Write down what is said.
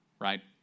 right